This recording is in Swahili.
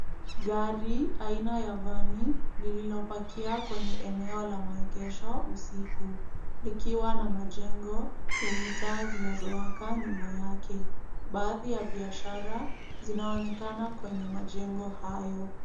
Gari aina ya vani lililopakia kwenye eneo la maegesho usiku, likiwa na majengo yenye taa zinazowaka nyuma yake. Baadhi ya biashara zinaonekana kwenye majengo hayo.